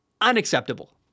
Unacceptable